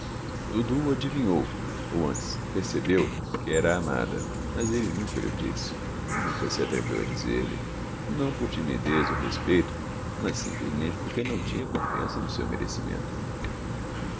dudu adivinhou ou antes percebeu que era amada mas ele nunca lho disse nunca se atreveu a dizer-lhe não por timidez ou respeito mas simplesmente porque não tinha confiança no seu merecimento